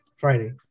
Friday